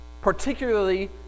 particularly